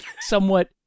somewhat